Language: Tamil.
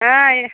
ஆ